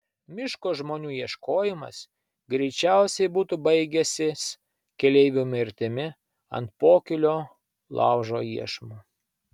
miško žmonių ieškojimas greičiausiai būtų baigęsis keleivių mirtimi ant pokylio laužo iešmų